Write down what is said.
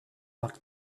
parc